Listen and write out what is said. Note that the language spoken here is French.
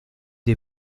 des